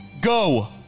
Go